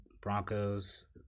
Broncos